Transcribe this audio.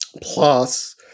Plus